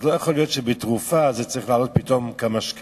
אז לא יכול להיות שבתרופה זה צריך לעלות פתאום כמה שקלים.